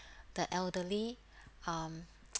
the elderly um